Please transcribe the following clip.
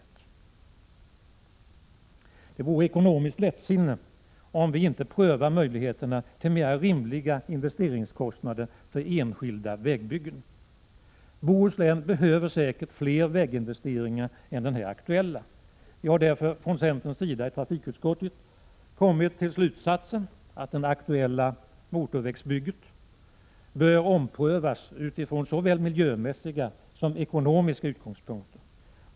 Det vore ekonomiskt lättsinne att inte pröva möjligheterna till mera rimliga investeringskostnader för enskilda vägbyggen. Bohuslän behöver säkert fler väginvesteringar än den här aktuella investeringen. I trafikutskottet har vi i centern därför dragit slutsatsen att frågan om det aktuella motorvägsbygget bör omprövas. Man bör då utgå från såväl miljömässiga som ekonomiska faktorer.